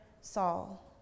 Saul